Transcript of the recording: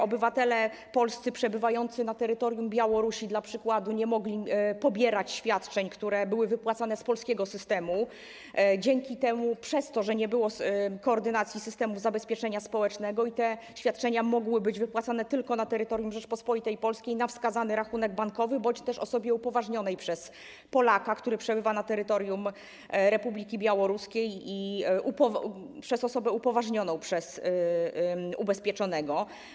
Obywatele polscy przebywający na terytorium Białorusi np. nie mogli pobierać świadczeń, które były wypłacane z polskiego systemu, przez to, że nie było koordynacji systemów zabezpieczenia społecznego i te świadczenia mogły być wypłacane tylko na terytorium Rzeczypospolitej Polskiej na wskazany rachunek bankowy bądź też osobie upoważnionej przez Polaka, który przebywa na terytorium Republiki Białoruskiej, osobie upoważnionej przez ubezpieczonego.